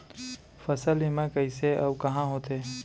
फसल बीमा कइसे अऊ कहाँ होथे?